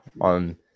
on